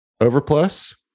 Overplus